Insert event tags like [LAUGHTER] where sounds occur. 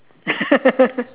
[LAUGHS]